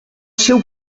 seu